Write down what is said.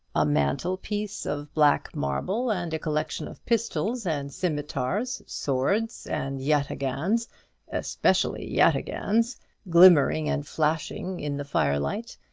a mantel-piece of black marble, and a collection of pistols and scimitars, swords and yataghans especially yataghans glimmering and flashing in the firelight.